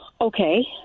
Okay